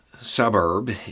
suburb